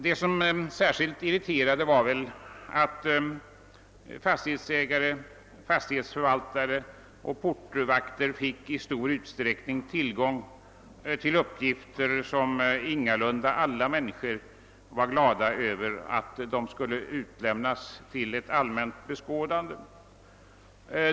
Det som särskilt irriterade var att fastighetsägare, fastighetsförvaltare och portvakter i stor utsträckning fick tillgång till uppgifter som ingalunda alla människor vill lämna ut till allmänt beskådande.